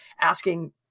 asking